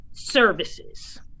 services